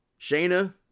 Shayna